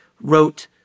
wrote